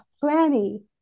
plenty